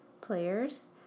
players